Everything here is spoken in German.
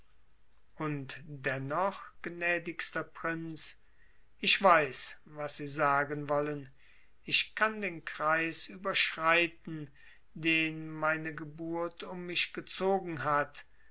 und dennoch gnädigster prinz ich weiß was sie sagen wollen ich kann den kreis überschreiten den meine geburt um mich gezogen hat